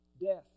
death